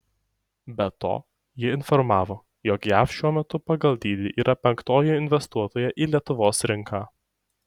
be to ji informavo jog jav šiuo metu pagal dydį yra penktoji investuotoja į lietuvos rinką